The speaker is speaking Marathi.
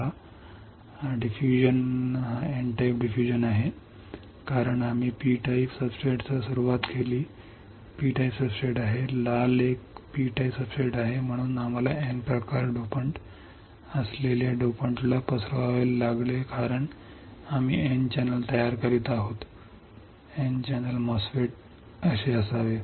हा प्रसार N टाइप डिफ्यूजन का आहे कारण आम्ही P टाइप सब्सट्रेटसह सुरुवात केली हे पी टाइप सब्सट्रेट आहे लाल एक P टाइप सब्सट्रेट आहेम्हणून आम्हाला N प्रकार डोपॅंट असलेल्या डोपंटला पसरवावे लागले कारण आम्ही एन चॅनेल तयार करीत आहोत चॅनेल N चॅनेल MOSFET असावे